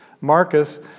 Marcus